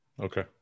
Okay